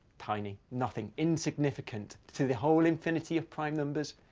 tiny. nothing. insignificant. to the whole infinity of prime numbers,